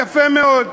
יפה מאוד.